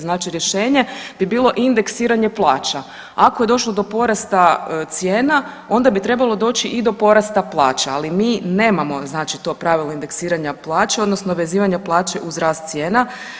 Znači rješenje bi bilo indeksiranje plaća, ako je došlo do porasta cijena onda bi trebalo doći i do porasta plaća, ali mi nemamo znači to pravilo indeksiranja plaća odnosno vezivanje plaće uz rast cijena.